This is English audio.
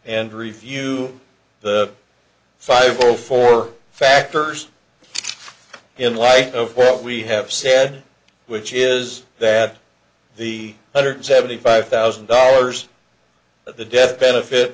and review the five zero four factors in light of what we have said which is that the hundred seventy five thousand dollars that the death benefit